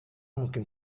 mungkin